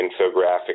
infographic